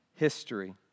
history